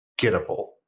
gettable